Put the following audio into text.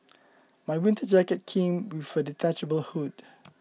my winter jacket came with a detachable hood